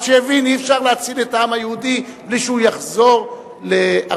עד שהבין: אי-אפשר להציל את העם היהודי בלי שהוא יחזור לארצו.